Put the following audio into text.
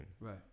right